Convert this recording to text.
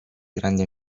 grandi